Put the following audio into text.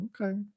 Okay